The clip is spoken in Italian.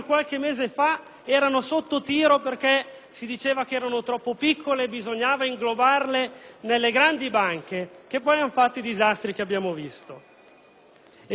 erano sotto tiro perché si diceva che erano troppo piccole e bisognava inglobarle nelle grandi banche, che poi hanno fatto i disastri che abbiamo visto. E ancora,